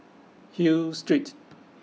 Hill Street